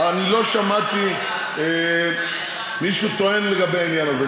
אני לא שמעתי מישהו טוען לגבי העניין הזה.